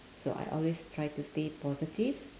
so I always try to stay positive